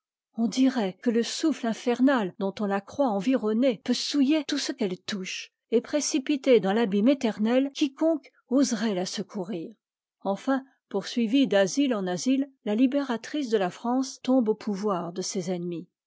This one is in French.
on dirait que le souffle infernal dont on la croit environnée peut souiller tout ce qu'elle touche et précipiter dans t'abîme éternel quiconque oserait la secourir enfin poursuivie d'asile en asile la libératrice de la france tombe au pouvoir de ses ennemis